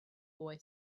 boy